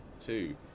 two